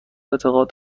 اعتقاد